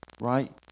right